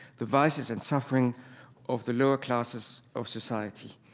the vices and suffering of the lower classes of society.